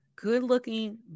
good-looking